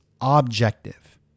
objective